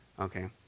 Okay